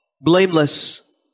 blameless